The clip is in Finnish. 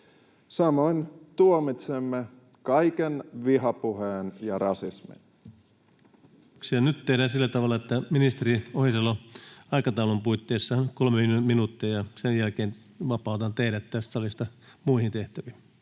Samoin tuomitsemme kaiken vihapuheen ja rasismin. Kiitoksia. — Nyt tehdään sillä tavalla, että ministeri Ohisalo aikataulun puitteissa 3 minuuttia ja sen jälkeen vapautan teidät tästä salista muihin tehtäviin.